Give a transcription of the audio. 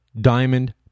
diamond